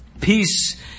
Peace